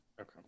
Okay